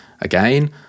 Again